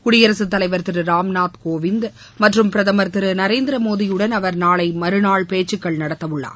குடியரகத் தலைவர் திரு ராம்நாத் கோவிந்த் மற்றும் பிரதமர் திரு நரேந்திரமோடியுடன் அவர் நாளை மறுநாள் பேச்சு நடத்தவுள்ளார்